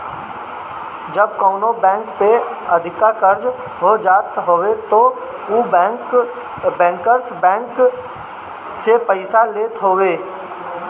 जब कवनो बैंक पे अधिका कर्जा हो जात हवे तब उ बैंकर्स बैंक से पईसा लेत हवे